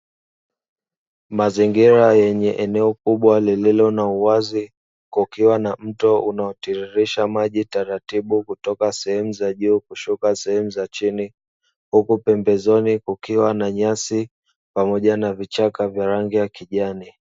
Mazingira yenye eneo kubwa lililo na uwazi ,kukiwa na mto unaotiririsha maji taratibu kutoka sehemu za juu kushuka sehemu za chini. Huku pembezoni kukiwa na nyasi pamoja na vichaka vya rangi ya kijani.